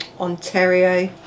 Ontario